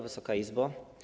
Wysoka Izbo!